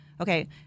okay